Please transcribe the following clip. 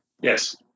yes